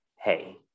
hey